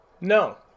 No